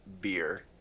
beer